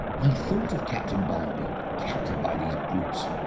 i thought of captain barbary, captured by these brutes,